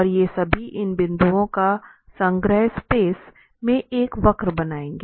और ये सभी इन बिंदुओं का संग्रह स्पेस में एक वक्र बनाएगा